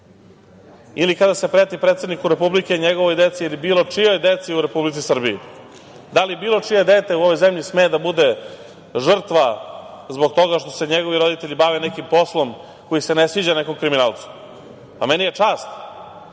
ili kada se preti predsedniku Republike i njegovoj deci, ili bilo čijoj deci u Republici Srbiji, da li bilo čije dete u ovoj zemlji sme da bude žrtva zbog toga što se njegovi roditelji bave nekim poslom koji se ne sviđa nekom kriminalcu. Meni je čast